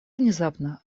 внезапно